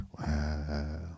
Wow